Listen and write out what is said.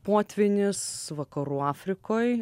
potvynis vakarų afrikoj